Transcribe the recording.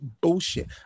bullshit